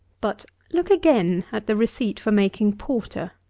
but, look again at the receipt for making porter.